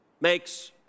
makes